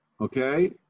Okay